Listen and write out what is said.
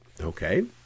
Okay